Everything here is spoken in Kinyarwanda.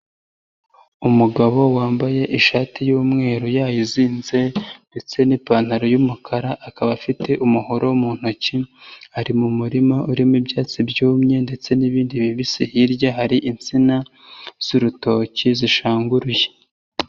Umugabo wambaye ishati y'umweru yayizinze ndetse n'ipantaro y'umukara akaba afite umuhoro mu ntoki, ari mu murima urimo ibyatsi byumye ndetse n'ibindi bibisi, hirya hari insina z'urutoki zishanguruye.